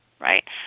Right